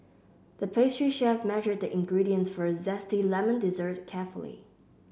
the pastry chef measured the ingredients for a zesty lemon dessert carefully